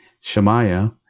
Shemaiah